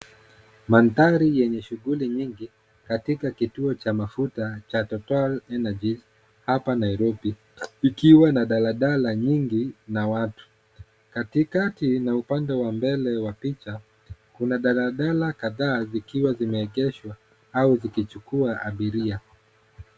Mandhari yenye shughuli nyingi katika kituo cha mafuta cha TotalEnergies hapa Nairobi likiwa na daladala nyingi na watu. Katikati na upande wa mbele wa picha kuna daladala kadhaa zikiwa zimeegeshwa au zikichukua abiria.